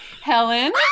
Helen